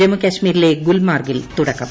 ജമ്മുകശ്മീരിലെ ഗുൽമാർഗിൽ തുടക്കം